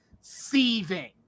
seething